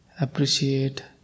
appreciate